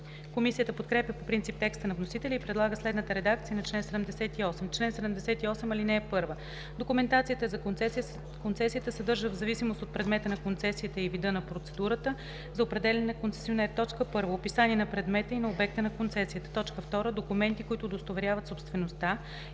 Комисията подкрепя по принцип текста на вносителя и предлага следната редакция на чл. 78: „Чл. 78. (1) Документацията за концесията съдържа, в зависимост от предмета на концесията и вида на процедурата за определяне на концесионер: 1. описание на предмета и на обекта на концесията; 2. документи, които удостоверяват собствеността